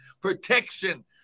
protection